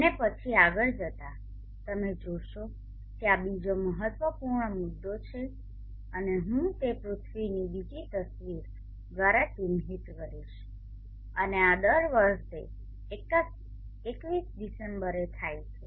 અને પછી આગળ જતા તમે જોશો કે આ બીજો મહત્વપૂર્ણ મુદ્દો છે અને હું તે પૃથ્વીની બીજી તસવીર દ્વારા ચિહ્નિત કરીશ અને આ દર વર્ષે 21 ડિસેમ્બરે થાય છે